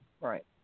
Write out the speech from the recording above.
Right